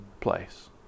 place